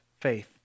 faith